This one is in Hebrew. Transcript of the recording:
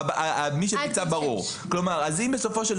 אני מניח,